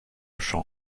champ